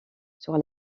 sur